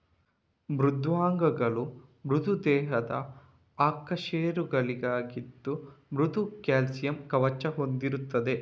ಮೃದ್ವಂಗಿಗಳು ಮೃದು ದೇಹದ ಅಕಶೇರುಕಗಳಾಗಿದ್ದು ಮೃದು ಕ್ಯಾಲ್ಸಿಯಂ ಕವಚ ಹೊಂದಿರ್ತದೆ